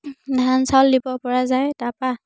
ধান চাউল দিবপৰা যায় তাৰপৰা